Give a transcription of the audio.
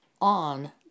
on